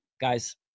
guys